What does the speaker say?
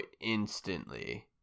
instantly